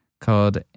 called